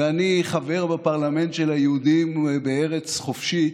ואני חבר בפרלמנט של היהודים בארץ חופשית.